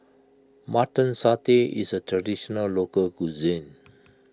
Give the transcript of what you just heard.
Mutton Satay is a Traditional Local Cuisine